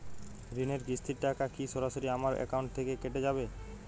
ঋণের কিস্তির টাকা কি সরাসরি আমার অ্যাকাউন্ট থেকে কেটে যাবে?